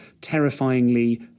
terrifyingly